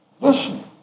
Listen